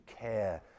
care